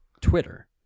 Twitter